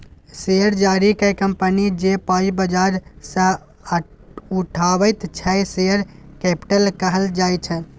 share जारी कए company जे पाइ बजार सँ उठाबैत छै शेयर कैपिटल कहल जाइ छै